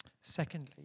Secondly